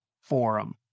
forum